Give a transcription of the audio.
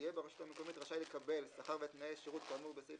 יהיה ברשות המקומית רשאי לקבל שכר ותנאי שירות כאמור בסעיף